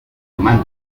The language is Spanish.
hermanas